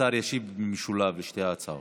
השר ישיב במשולב על שתי ההצעות.